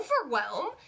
overwhelm